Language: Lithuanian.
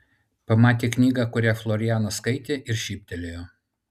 pamatė knygą kurią florianas skaitė ir šyptelėjo